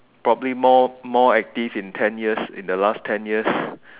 probably more more active in ten years in the last ten years